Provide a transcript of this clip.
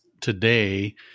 today